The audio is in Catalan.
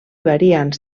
variants